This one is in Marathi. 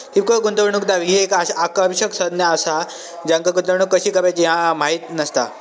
किरकोळ गुंतवणूकदार ही एक आकर्षक संज्ञा असा ज्यांका गुंतवणूक कशी करायची ह्या माहित नसता